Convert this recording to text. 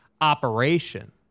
operation